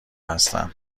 هستم